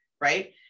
right